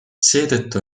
seetõttu